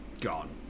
gone